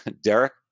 derek